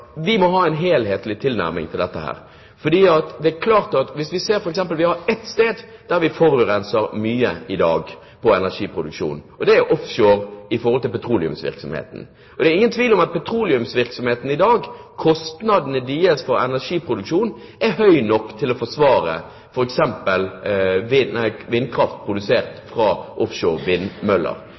vi må ha en helhetlig tilnærming til dette. Det er ett område der vi forurenser mye i dag på energiproduksjon, og det er offshore, i forhold til petroleumsvirksomheten. Det er ingen tvil om at kostnadene ved energiproduksjon når det gjelder petroleumsvirksomheten i dag, er høye nok til å forsvare f.eks. vindkraft produsert fra